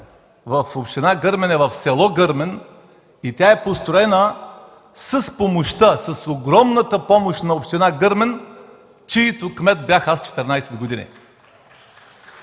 в община Гърмен е в с. Гърмен и е построена с огромната помощ на община Гърмен, чийто кмет бях аз 14 години.